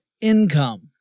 income